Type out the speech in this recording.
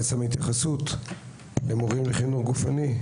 ההתייחסות היא למורים לחינוך גופני.